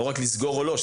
לא רק לסגור או לא,